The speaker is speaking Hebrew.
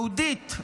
יהודית,